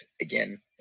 again